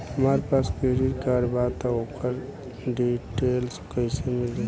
हमरा पास credit card बा त ओकर डिटेल्स कइसे मिली?